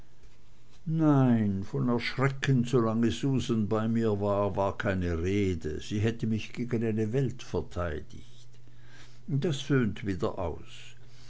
nein von erschrecken solange susan bei mir war war keine rede sie hätte mich gegen eine welt verteidigt das söhnt wieder aus